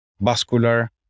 vascular